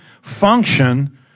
function